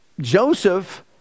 Joseph